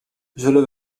zullen